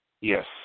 Yes